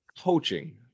coaching